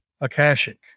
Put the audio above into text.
Akashic